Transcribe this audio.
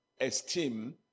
esteem